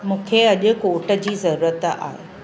मूंखे अॼु कोट जी ज़रूरत आहे